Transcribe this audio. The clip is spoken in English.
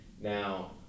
Now